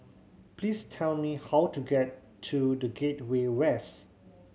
please tell me how to get to The Gateway West